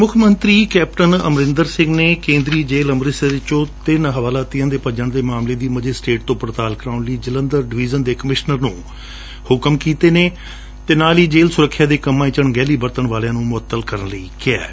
ਮੁੱਖ ਮੰਤਰੀ ਕੈਪਟਨ ਅਮਰੰਦਰ ਸੰਘ ਨੇ ਕੇਂਦਰੀ ਜੇਲ਼ ਅੰਮ੍ਰਿਤਸਰ ਵਿਚੋ ਤਿੰਨ ਹਵਾਲਾਤੀਆਂ ਦੇ ਭੱਜਣ ਦੇ ਮਾਮਲੇ ਦੀ ਮਜਿਸਟਰੇਟੀ ਪੜਤਾਲ ਕਰਣ ਲਈ ਜਲੰਧਰ ਡਵੀਜਨ ਦੇ ਕਮਿਸ਼ਨਰ ਨੂੰ ਹੁਕਮ ਕੀਤੇ ਨੇ ਅਤੇ ਨਾਲ ਹੀ ਜੇਲ ਸੁਰੱਖਿਆ ਦੇ ਕੰਮਾਂ ਵਿਚ ਅਣਗਹਿਲੀ ਬਰਤਣ ਵਾਲਿਆਂ ਨੂੰ ਮੁਅੱਤਲ ਕਰਣ ਲਈ ਕਿਹੈ